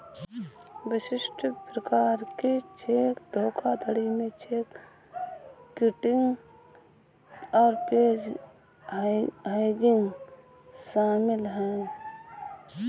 विशिष्ट प्रकार के चेक धोखाधड़ी में चेक किटिंग और पेज हैंगिंग शामिल हैं